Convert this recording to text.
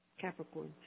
Capricorn